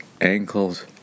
Ankles